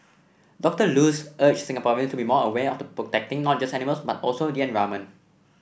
Doctor Luz urged Singaporean to be more aware of protecting not just animals but also the environment